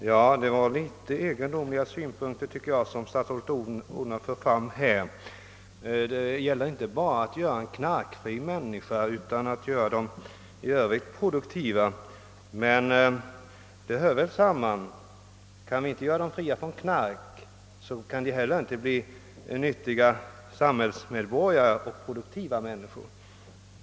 Herr talman! Jag tycker att statsrådet Odhnoff framförde något egendomliga synpunkter. Det gäller inte bara att göra människan knarkfri utan även produktiv. Men detta hör väl samman, ty kan vi inte befria en människa från knarkmissbruket kan hon inte heller bli en nyttig och produktiv samhällsmedborgare.